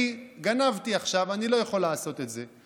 אני גנבתי עכשיו, אני לא יכול לעשות את זה.